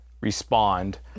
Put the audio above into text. respond